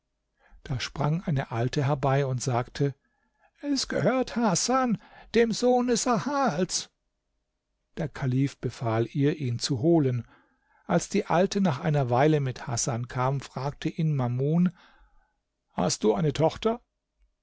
da sprang eine alte herbei und sagte es gehört hasan dem sohne sahals der kalif befahl ihr ihn zu holen als die alte nach einer weile mit hasan kam fragte ihn mamun hast du eine tochter